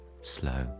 slow